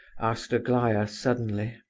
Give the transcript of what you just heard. asked aglaya, suddenly.